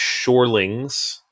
shorelings